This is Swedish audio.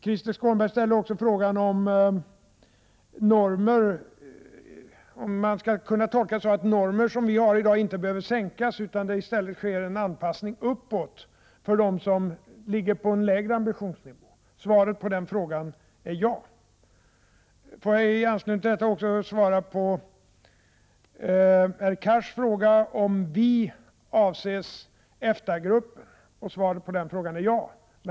Krister Skånberg ställer också frågan om normer — om man skulle kunna tolka saken så att de normer vi i dag har inte skall behöva sänkas, utan att i stället en anpassning sker uppåt för dem som i dag har en lägre ambitionsnivå. Svaret på den frågan är ja. Får jag i anslutning till detta också svara på Hadar Cars fråga om med ”vi” avses EFTA-gruppen. Svaret på den frågan är ja.